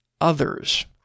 others